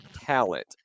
talent